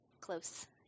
close